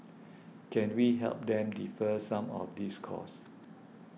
can we help them defer some of these costs